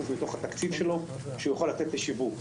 מתוך התקציב שלו שהוא יכול לתת לשיווק.